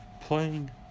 playing